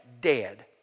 dead